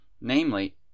namely